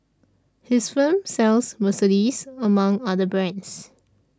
his firm sells Mercedes among other brands